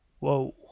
Whoa